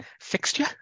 Fixture